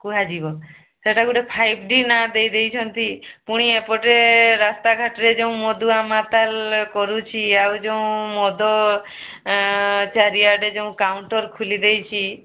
କୁହାଯିବ ସେଇଟା ଗୋଟିଏ ଫାଇଭ୍ ଟି ନାଁ ଦେଇ ଦେଇଛନ୍ତି ଫୁଣି ଏପଟେ ରାସ୍ତା ଘାଟରେ ଯେଉଁ ମଦୁଆ ମାତାଲ କରୁଛି ଆଉ ଯେଉଁ ମଦ ଚାରିଆଡ଼େ ଯେଉଁ କାଉଣ୍ଟର୍ ଖୋଲି ଦେଇଛି